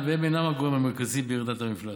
הם אינם הגורם המרכזי בירידת המפלס.